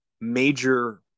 major